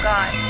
God